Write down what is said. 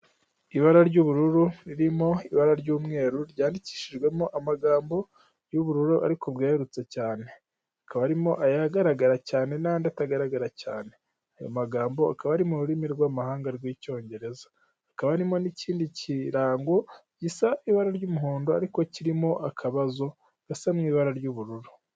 Ibara ry'ubururu ririmo ibara ry'umweru ryandikishijwemo amagambo y'ubururu ariko bweherurutse cyane hakaba harimo agaragara cyane n'andi atagaragara cyane ayo magambo akaba ari mu rurimi rw'amahanga rw'icyongereza hakaba harimo n'ikindi kirango gisa ibara ry'umuhondo ariko kirimo akabazo gasa mu ibara ry'ubururu.